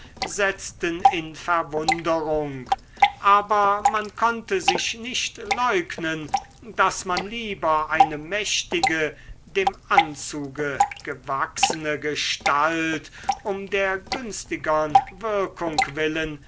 setzten in verwunderung aber man konnte sich nicht leugnen daß man lieber eine mächtige dem anzuge gewachsene gestalt um der günstigern wirkung willen